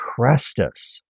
Crestus